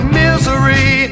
misery